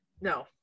no